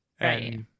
Right